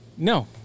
No